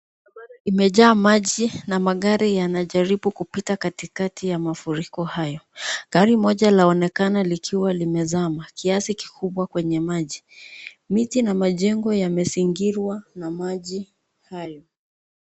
Barabara imejaa maji na magari yana jaribu kupita katikati ya mafuriko hayo. Gari moja laonekana likiwa limezama kiasi kikubwa kwenye maji, miti na majengo yamezingirwa na maji hayo.